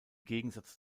gegensatz